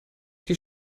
die